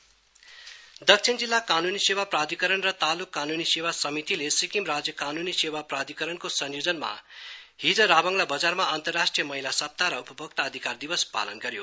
consumer right south दक्षिण जिल्ला कानूनी सेवा प्राधिकरण र ताल्क कानूनी सेवा समितिले सिक्किम राज्य कानूनी सैवा प्राधिकरणको संयोजनमा हिज साभङला बजारमा अन्तराष्ट्रीय महिला सप्ताह र उपभोक्ता अधिकार दिवस पालन गर्यो